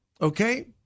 okay